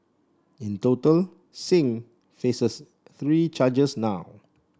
in total Singh faces three charges now